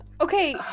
okay